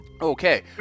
Okay